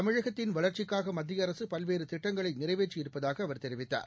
தமிழகத்தின் வள்ச்சிக்காகமத்திய அரசுபல்வேறுதிட்டங்களைநிறைவேற்றி இருப்பதாகஅவர் தெரிவித்தார்